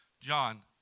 John